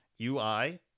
UI